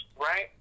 right